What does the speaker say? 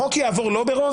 החוק יעבור לא ברוב.